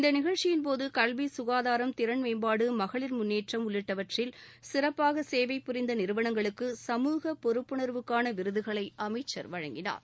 இந்த நிகழ்ச்சியின்போது கல்வி சுகாதாரம் திறன்மேம்பாடு மகளிர் முன்னேற்றம் உள்ளிட்டவற்றில் சிறப்பாக சேவை புரிந்த நிறுவனங்களுக்கு சமூக பொறுப்புனர்வுக்கான விருதுகளை அமைச்சர் வழங்கினார்